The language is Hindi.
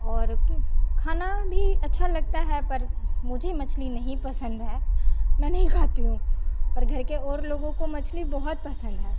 और खाना भी अच्छा लगता है पर मुझे मछली नहीं पसंद है मैं नहीं खाती हूँ पर घर के और लोगो को मछली बहुत पसंद है